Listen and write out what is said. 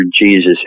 Jesus